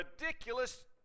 ridiculous